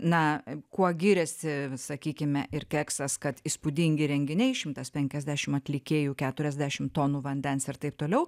na kuo giriasi sakykime ir keksas kad įspūdingi renginiai šimtas penkiasdešim atlikėjų keturiasdešim tonų vandens ir taip toliau